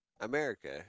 America